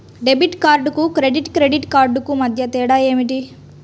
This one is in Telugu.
డెబిట్ కార్డుకు క్రెడిట్ క్రెడిట్ కార్డుకు మధ్య తేడా ఏమిటీ?